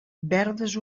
verdes